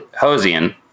Hosian